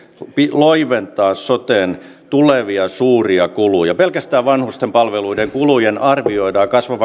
loiventaa soten tulevia suuria kuluja pelkästään vanhusten palveluiden kulujen arvioidaan kasvavan